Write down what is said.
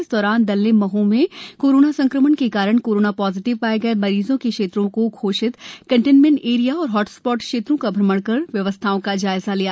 इस दौरान दल ने मह में कोरोना संक्रमण के कारण कोरोना पॉजिटिव पाए गए मरीजों के क्षेत्रों में घोषित कंटेनमेंट एरिया तथा हॉटस्पॉट क्षेत्रों का भ्रमण कर व्यवस्थाओं का जायजा लिया